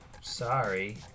Sorry